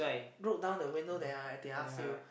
rolled down the window then they they ask you